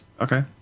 okay